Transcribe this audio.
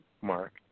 Mark